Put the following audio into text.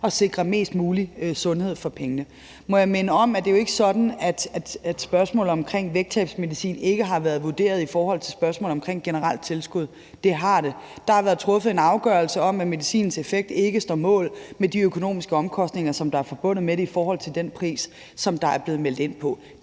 at sikre mest mulig sundhed for pengene. Må jeg minde om, at det jo ikke er sådan, at spørgsmålet omkring vægttabsmedicin ikke har været vurderet i forhold til et generelt tilskud; det har det. Der har været truffet en afgørelse om, at medicinens effekt ikke står mål med de økonomiske omkostninger, der er forbundet med det, set i forhold til den pris, der er blevet meldt ind.